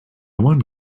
one